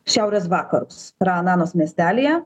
šiaurės vakarus rananos miestelyje